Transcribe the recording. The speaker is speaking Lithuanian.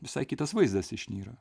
visai kitas vaizdas išnyra